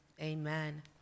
Amen